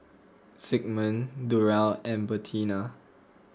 Zigmund Durell and Bertina